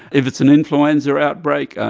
if it's an influenza outbreak,